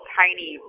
tiny